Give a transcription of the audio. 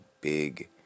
big